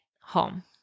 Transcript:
home